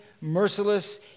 merciless